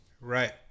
Right